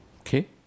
okay